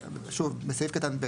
שוב, בסעיף קטן (ב).